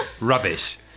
Rubbish